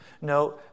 No